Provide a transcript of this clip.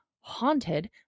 haunted